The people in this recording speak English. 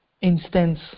instance